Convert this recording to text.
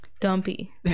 dumpy